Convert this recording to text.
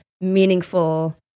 meaningful